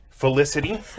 Felicity